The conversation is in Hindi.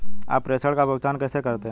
आप प्रेषण का भुगतान कैसे करते हैं?